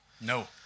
No